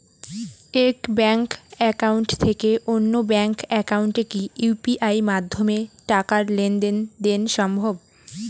এক bank account থেকে অন্য ব্যাংক একাউন্টে কি ইউ.পি.আই মাধ্যমে টাকার লেনদেন দেন সম্ভব?